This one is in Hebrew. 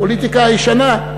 "פוליטיקה ישנה"?